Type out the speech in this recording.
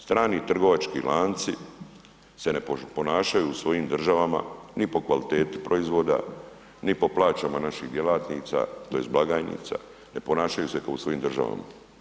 Strani trgovački lanci se ne ponašaju u svojim državama ni po kvaliteti proizvoda, ni po plaćama naših djelatnica tj. blagajnica, ne ponašaju se kao u svojim državama.